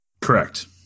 Correct